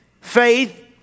Faith